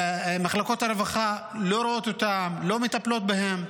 מחלקות הרווחה לא רואה אותם, לא מטפלות בהם,